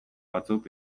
batzuk